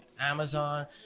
Amazon